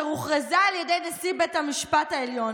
אשר הוכרזה על נשיא בית המשפט העליון